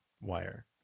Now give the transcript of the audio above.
wire